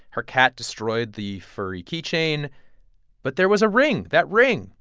her cat destroyed the furry keychain. but there was a ring that ring.